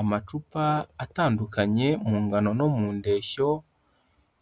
Amacupa atandukanye mu ngano no mu ndeshyo,